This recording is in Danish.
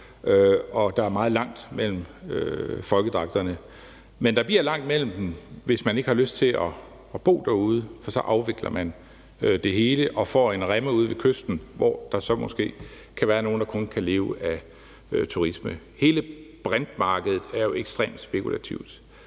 og der er meget langt mellem folkedragterne. Men der bliver langt mellem dem, hvis man ikke har lyst til at bo derude, for så afvikler man det hele og får en bræmme ude ved kysten, hvor der så måske kan være nogle, der kun kan leve af turisme. Hele brintmarkedet er jo ekstremt spekulativt.